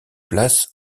place